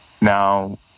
now